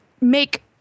make